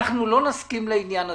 אנחנו לא נסכים לעניין הזה.